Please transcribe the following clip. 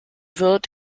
wird